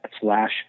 slash